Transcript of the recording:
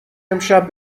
امشب